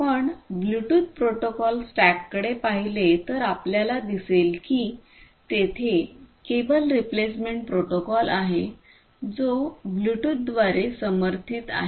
आपण Bluetooth protocol स्टॅककडे पाहिले तर आपल्याला दिसेल की तेथे केबल रिप्लेसमेंट प्रोटोकॉल आहे जो ब्लूटूथद्वारे समर्थित आहे